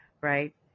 Right